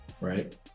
Right